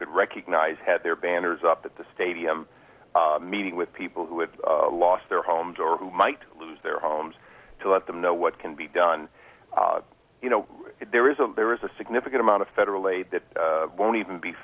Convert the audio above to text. could recognize had their banners up at the stadium meeting with people who have lost their homes or who might lose their homes to let them know what can be done you know there is a there is a significant amount of federal aid that when even be